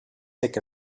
sick